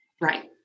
Right